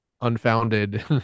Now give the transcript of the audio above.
unfounded